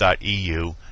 .eu